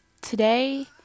Today